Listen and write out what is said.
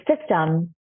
system